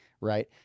right